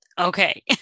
Okay